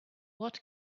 what